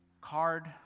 card